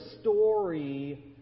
story